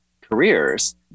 careers